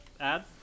add